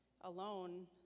Alone